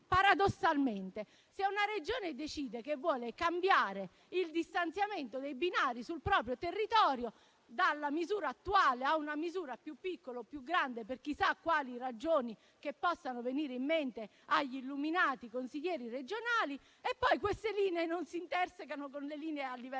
paradossalmente, una Regione decide che vuole cambiare il distanziamento dei binari sul proprio territorio dalla misura attuale a una misura più piccola o più grande, per chissà quali ragioni che possano venire in mente agli illuminati consiglieri regionali, e poi quelle linee non si intersecano con le altre a livello nazionale.